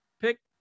pick